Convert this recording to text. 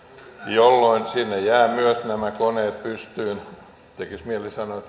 jolloin sinne jäävät myös nämä koneet pystyyn tekisi mieli sanoa